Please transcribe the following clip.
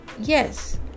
Yes